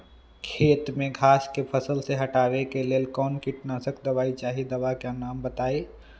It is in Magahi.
खेत में घास के फसल से हटावे के लेल कौन किटनाशक दवाई चाहि दवा का नाम बताआई?